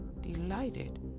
delighted